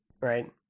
Right